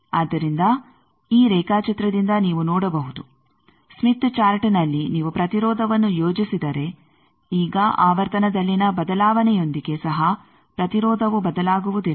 ಆದ್ದರಿಂದ ಈ ರೇಖಾಚಿತ್ರದಿಂದ ನೀವು ನೋಡಬಹುದು ಸ್ಮಿತ್ ಚಾರ್ಟ್ನಲ್ಲಿ ನೀವು ಪ್ರತಿರೋಧವನ್ನು ಯೋಜಿಸಿದರೆ ಈಗ ಆವರ್ತನದಲ್ಲಿನ ಬದಲಾವಣೆಯೊಂದಿಗೆ ಸಹ ಪ್ರತಿರೋಧವು ಬದಲಾಗುವುದಿಲ್ಲ